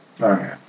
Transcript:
Okay